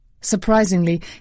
Surprisingly